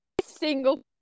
Single